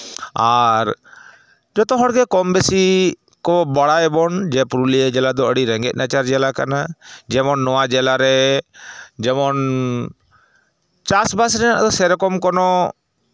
ᱟᱨ ᱡᱚᱛᱚ ᱦᱚᱲᱜᱮ ᱠᱚᱢ ᱵᱮᱥᱤ ᱠᱚ ᱵᱟᱲᱟᱭᱟᱵᱚᱱ ᱡᱮ ᱯᱩᱨᱩᱞᱤᱭᱟᱹ ᱡᱮᱞᱟᱫᱚ ᱟᱹᱰᱤ ᱨᱮᱸᱜᱮᱡ ᱱᱟᱪᱟᱨ ᱡᱮᱞᱟ ᱠᱟᱱᱟ ᱡᱮᱢᱚᱱ ᱱᱚᱣᱟ ᱡᱮᱞᱟᱨᱮ ᱡᱮᱢᱚᱱ ᱪᱟᱥᱼᱵᱟᱥ ᱨᱮᱱᱟᱜ ᱫᱚ ᱥᱮ ᱨᱚᱠᱚᱢ ᱠᱳᱱᱳ